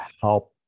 help